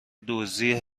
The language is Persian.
دزدی